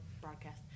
broadcast